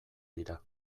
dira